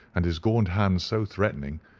and his gaunt hands so threatening,